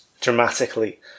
dramatically